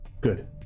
Good